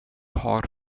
har